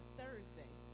thursday